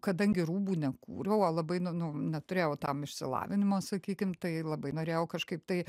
kadangi rūbų nekūriau o labai nu nu neturėjau tam išsilavinimo sakykim tai labai norėjau kažkaip tai